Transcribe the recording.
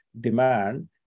demand